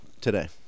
today